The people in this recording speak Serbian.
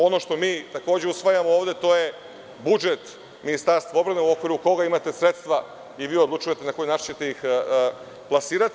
Ono što takođe usvajamo ovde je budžet Ministarstva odbrane u okviru koga imate sredstva i vi odlučujete na koji način ćete ih plasirati.